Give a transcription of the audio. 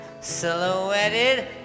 silhouetted